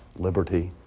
liberty,